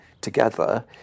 together